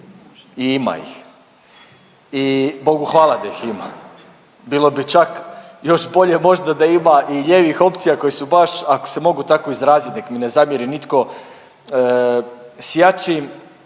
i ima ih i Bogu hvala da ih ima. Bilo bi čak još bolje možda da ima i ljevih opcija koje su baš, ako se mogu tako izrazit nek mi ne zamjeri nitko, s jačim